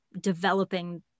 developing